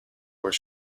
were